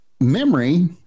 memory